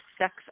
Sex